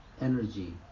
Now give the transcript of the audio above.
energy